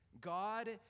God